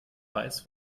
weiß